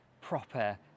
proper